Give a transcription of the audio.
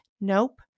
Nope